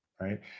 right